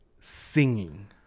singing